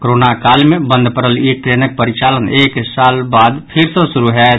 corona काल मे बंद पड़ल ई ट्रेनक परिचालन एक साल बाद फेर सँ शुरू होयत